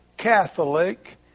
Catholic